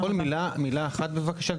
אני יכול מילה אחת בבקשה,